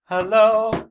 Hello